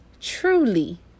truly